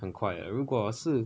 很快的如果是